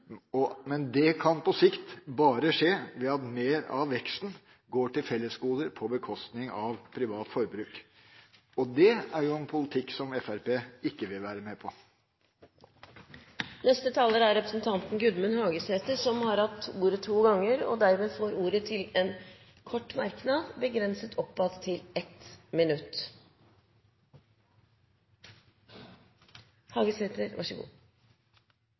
Det kan på sikt bare skje ved at mer av veksten går til fellesgoder på bekostning av privat forbruk – og det er jo en politikk som Fremskrittspartiet ikke vil være med på. Neste taler er representanten Gudmund Hagesæter. Hagesæter har hatt ordet to ganger og får ordet til en kort merknad, begrenset til 1 minutt. Eg vil først presisere at eg ikkje har skifta namn til